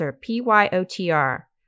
P-Y-O-T-R